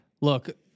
Look